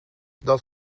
dat